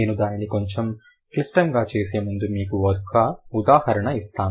నేను దానిని కొంచెం క్లిష్టంగా చేసే ముందు మీకు ఒక ఉదాహరణ ఇస్తాను